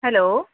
hello